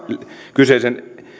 kyseisen